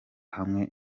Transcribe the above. hamwe